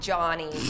Johnny